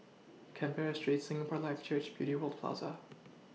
Canberra Street Singapore Life Church Beauty World Plaza